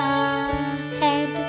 ahead